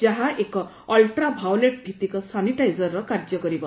ଯାହା ଏକ ଅଲ୍ଟ୍ରାଭାଓଲେଟ୍ ଭିଭିକ ସାନିଟାଇଜରର କାର୍ଯ୍ୟ କରିବ